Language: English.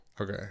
Okay